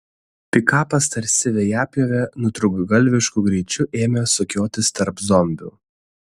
pikapas tarsi vejapjovė nutrūktgalvišku greičiu ėmė sukiotis tarp zombių